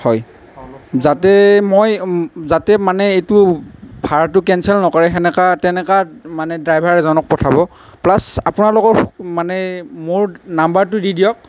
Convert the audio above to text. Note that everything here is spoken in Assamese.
হয় যাতে মই যাতে মানে এইটো ভাৰাটো কেনচেল নকৰে সেনেকা তেনেকা মানে ড্ৰাইভাৰ এজনক পঠাব প্লাছ আপোনালোকৰ মানে মোৰ নাম্বাৰটো দি দিয়ক